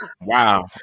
Wow